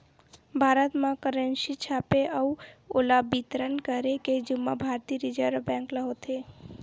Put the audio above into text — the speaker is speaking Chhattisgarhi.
भारत म करेंसी छापे अउ ओला बितरन करे के जुम्मा भारतीय रिजर्व बेंक ल होथे